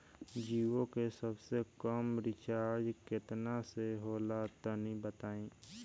जीओ के सबसे कम रिचार्ज केतना के होला तनि बताई?